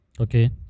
Okay